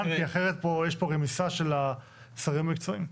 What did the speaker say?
כי אחרת יש פה רמיסה של השרים המקצועיים.